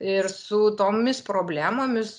ir su tomis problemomis